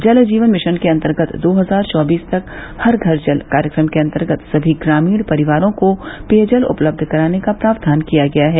जल जीवन मिशन के अंतर्गत दो हजार चौबीस तक हर घर जल कार्यक्रम के अंतर्गत समी ग्रामीण परिवारों को पेयजल उपलब्ध कराने का प्रावधान किया गया है